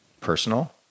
personal